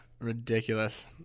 ridiculous